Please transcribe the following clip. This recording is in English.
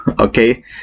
okay